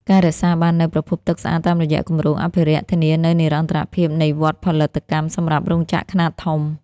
ការរក្សាបាននូវប្រភពទឹកស្អាតតាមរយៈគម្រោងអភិរក្ស ធានានូវនិរន្តរភាពនៃវដ្តផលិតកម្មសម្រាប់រោងចក្រខ្នាតធំ។